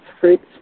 fruits